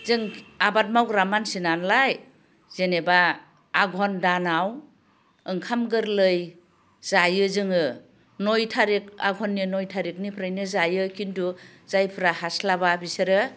जों आबाद मावग्रा मानसि नालाय जेनेबा आघन दानाव ओंखाम गोरलै जायो जोङो नय थारिख आघननि नय थारिखनिफ्रायनो जायो खिन्थु जायफ्रा हास्लाबा बिसोरो